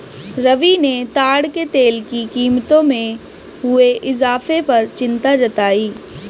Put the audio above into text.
रवि ने ताड़ के तेल की कीमतों में हुए इजाफे पर चिंता जताई